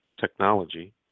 technology